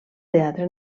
teatre